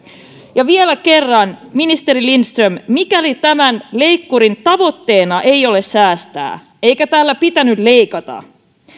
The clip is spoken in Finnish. vielä kerran ministeri lindström mikäli tämän leikkurin tavoitteena ei ole säästää eikä tällä pitänyt leikata